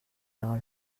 dol